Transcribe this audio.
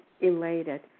elated